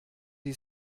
die